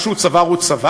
מה שהוא צבר הוא צבר,